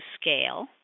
Scale